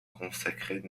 consacrer